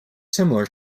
similar